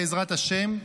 בעזרת השם,